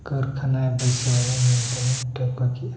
ᱠᱟᱹᱨᱠᱷᱟᱱᱟᱭ ᱵᱟᱹᱭᱥᱟᱹᱣᱟ ᱢᱮᱱᱛᱮᱭ ᱴᱷᱟᱹᱣᱠᱟᱹ ᱠᱮᱜᱼᱟ